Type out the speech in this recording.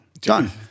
Done